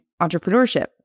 entrepreneurship